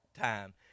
time